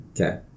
Okay